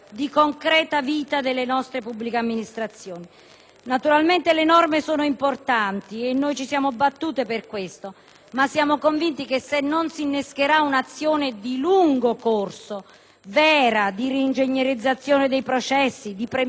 Naturalmente, le norme sono importanti e noi ci siamo battuti per questo, ma siamo convinti che se non si innescherà un'azione, vera e di lungo corso, di reingegnerizzazione dei processi e di premialità nella riorganizzazione delle pubbliche amministrazioni,